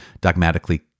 dogmatically